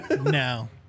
No